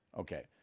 Okay